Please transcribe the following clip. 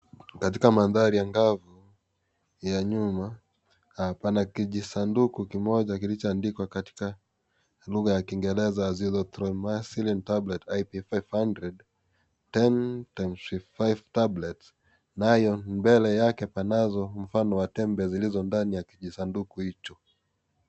Katika maandhari angavu ya nyuma, pana kijisanduku kimoja kilichoandikwa katika lugha ya Kiingereza " Azithromycin tablet IP 500, 10*5 tablets ". Nayo mbele yake panazo mfano wa tembe zilizo ndani ya kijisanduku hicho.